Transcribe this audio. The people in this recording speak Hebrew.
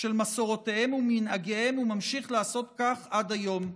של מסורותיהם ומנהגיהם, וממשיך לעשות כך עד היום.